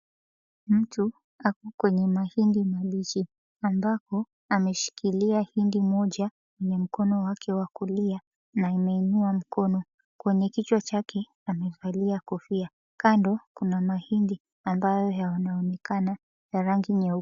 Mtu ako kwenye mahindi mabichi. Ambako, ameshikilia hindi moja kwenye mkono wake wa kulia na ameinua mkono. Kwenye kichwa chake amevalia kofia. Kando kuna mahindi ambayo yanaonekana ya rangi nyeupe.